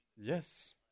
Yes